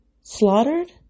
slaughtered